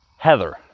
Heather